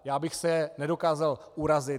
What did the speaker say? Já bych se nedokázal urazit.